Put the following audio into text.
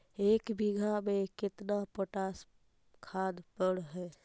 एक बिघा में केतना पोटास खाद पड़ है?